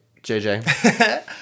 JJ